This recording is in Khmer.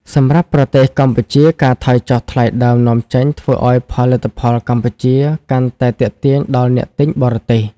សម្រាប់ប្រទេសកម្ពុជា ការថយចុះថ្លៃដើមនាំចេញធ្វើឱ្យផលិតផលកម្ពុជាកាន់តែទាក់ទាញដល់អ្នកទិញបរទេស។